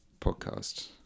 podcast